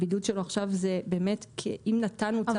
הבידוד שיש לנו עכשיו זה באמת אם נתנו צו כזה